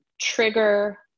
trigger